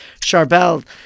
Charbel